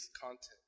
content